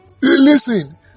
listen